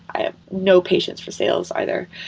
i have no patience for sales either.